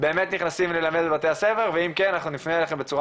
באמת נכנסים ללמד בבתי הספר ואם כן אנחנו נפנה אליכם בצורה